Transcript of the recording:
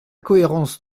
cohérence